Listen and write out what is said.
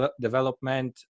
development